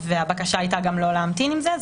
הבקשה הייתה לא להמתין עם זה.